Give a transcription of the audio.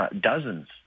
dozens